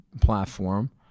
platform